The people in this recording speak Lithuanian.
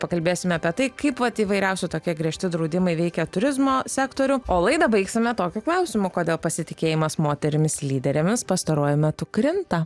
pakalbėsime apie tai kaip vat įvairiausi tokie griežti draudimai veikia turizmo sektorių o laidą baigsime tokiu klausimu kodėl pasitikėjimas moterimis lyderėmis pastaruoju metu krinta